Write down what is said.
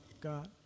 God